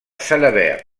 salabert